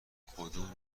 کدوم